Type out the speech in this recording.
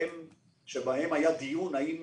שבהם היה דיון האם